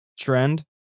trend